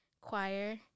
choir